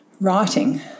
Writing